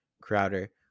Crowder